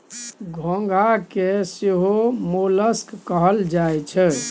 घोंघा के सेहो मोलस्क कहल जाई छै